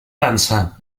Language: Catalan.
dansa